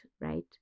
right